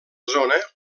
zona